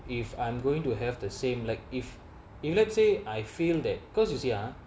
if I'm going to have the same like if if let's say I feel that cause you see ah